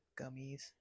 gummies